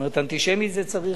אנטישמי צריך,